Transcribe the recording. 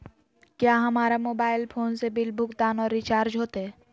क्या हमारा mobile phone से बिल भुगतान और रिचार्ज होते?